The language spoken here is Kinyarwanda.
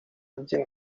abyina